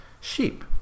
sheep